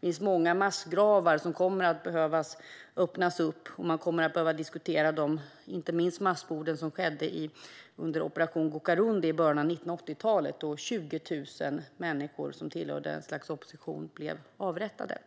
Det finns många massgravar som kommer att behöva öppnas, och man kommer att behöva diskutera inte minst de massmord som skedde under operation Gukurahundi i början av 1980-talet, då 20 000 människor som tillhörde ett slags opposition blev avrättade.